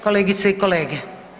Kolegice i kolege.